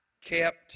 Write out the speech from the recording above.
kept